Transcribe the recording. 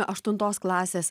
aštuntos klasės